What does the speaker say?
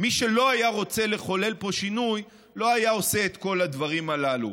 מי שלא היה רוצה לחולל פה שינוי לא היה עושה את כל הדברים הללו.